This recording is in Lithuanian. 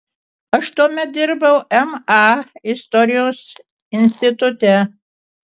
aš tuomet dirbau ma istorijos institute